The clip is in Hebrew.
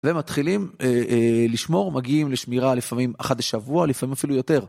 ומתחילים לשמור, מגיעים לשמירה לפעמים אחת שבוע, לפעמים אפילו יותר.